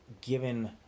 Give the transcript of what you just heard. given